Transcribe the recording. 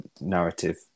narrative